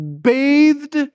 bathed